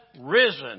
risen